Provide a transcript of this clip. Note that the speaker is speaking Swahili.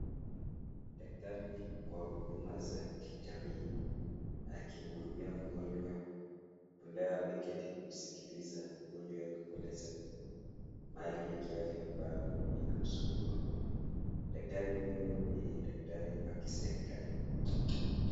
Daktari wa huduma za kijamii akimhudumia mgonjwa ambaye ameketi kumsikiliza mgonjwa huyo akimweleza mahali ya kiafya ambayo inamsumbua. Daktari huyo ni daktari wa kiserikali.